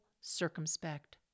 circumspect